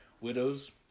Widows